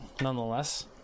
nonetheless